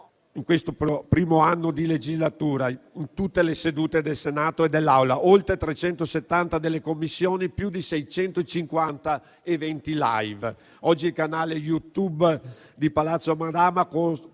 in questo primo anno di legislatura, in tutte le sedute del Senato, in 370 sedute delle Commissioni, con più di 650 eventi *live*. Oggi il canale Youtube di Palazzo Madama